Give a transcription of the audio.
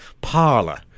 parlor